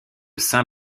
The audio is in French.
saint